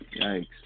yikes